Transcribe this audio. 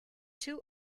two